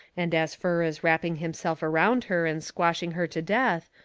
and as fur as wrapping himself around her and squashing her to death,